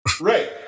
right